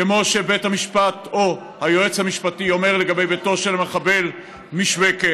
כמו שבית המשפט או היועץ המשפטי אומר לגבי ביתו של המחבל משוויכה,